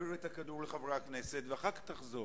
תעביר את הכדור לחברי הכנסת ואחר כך תחזור.